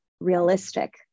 realistic